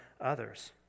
others